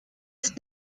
ist